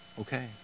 Okay